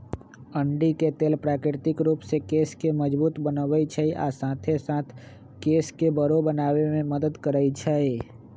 अंडी के तेल प्राकृतिक रूप से केश के मजबूत बनबई छई आ साथे साथ केश के बरो बनावे में मदद करई छई